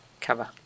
cover